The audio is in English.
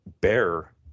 bear